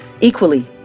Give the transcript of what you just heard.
Equally